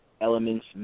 elements